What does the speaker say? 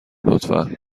لطفا